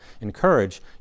encourage